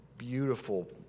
beautiful